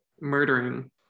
murdering